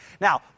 Now